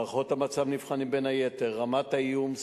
בהערכות המצב נבחנים בין היתר רמת האיום,